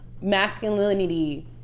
Masculinity